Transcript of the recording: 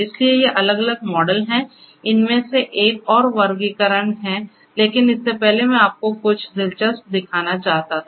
इसलिए ये अलग अलग मॉडल हैं इनमें से एक और वर्गीकरण है लेकिन इससे पहले मैं आपको कुछ दिलचस्प दिखाना चाहता था